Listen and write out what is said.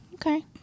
Okay